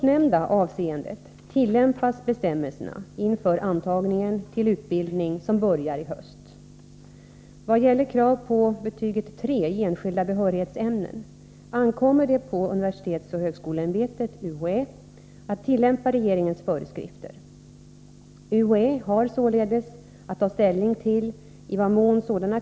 Enligt uppgift i pressen kommer den beslutade skärpningen av de särskilda behörighetskraven inte att genomföras förrän 1985.